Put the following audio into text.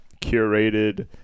curated